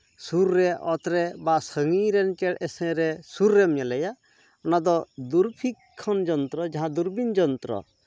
ᱥᱩᱨ ᱨᱮ ᱚᱛᱨᱮ ᱵᱟ ᱥᱟᱺᱜᱤᱧ ᱨᱮᱱ ᱪᱮᱬᱮ ᱥᱮᱜ ᱨᱮ ᱥᱩᱨ ᱨᱮᱢ ᱧᱮᱞᱮᱭᱟ ᱚᱱᱟᱫᱚ ᱫᱩᱨᱵᱤᱠᱠᱷᱚᱱ ᱡᱚᱱᱛᱨᱚ ᱡᱟᱦᱟᱸ ᱫᱩᱨᱵᱤᱱ ᱡᱚᱱᱛᱨᱚ